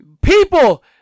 People